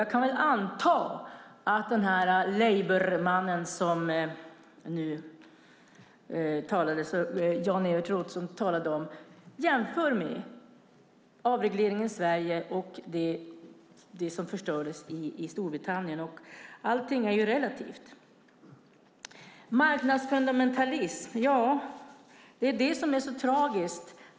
Jag kan anta att den labourman som Jan-Evert Rådhström talade om jämför avregleringen i Sverige med det som förstördes i Storbritannien. Allting är ju relativt. Marknadsfundamentalism är tragiskt.